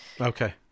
Okay